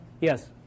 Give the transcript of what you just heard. Yes